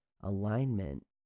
alignment